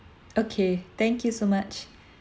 okay thank you so much